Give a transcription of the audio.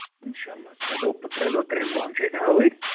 انشاءاللہ ترٛےٚ دۄہ ترٛےٚ دۄہ ترٮ۪ن دۄہن چھِ أس آوٕرۍ